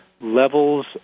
levels